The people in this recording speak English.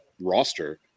roster